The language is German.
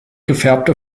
gefärbte